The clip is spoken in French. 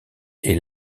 est